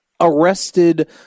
arrested